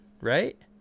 right